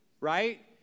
right